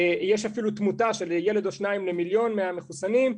יש אפילו תמותה של ילד או שניים למיליון מהמחוסנים,